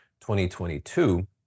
2022